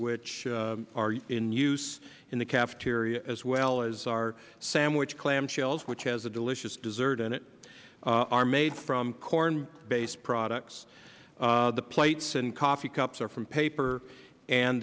which are in use in the cafeteria as well as our sandwich clamshells which has a delicious desert in it are made from corn based products the plates and coffee cups are from paper and